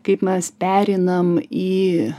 kaip mes pereinam į